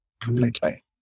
completely